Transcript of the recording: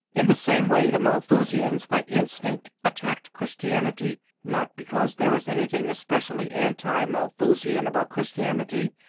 in the same way the malthusians by instinct attacked christianity not because there is anything especially anti-malthusian about christianity,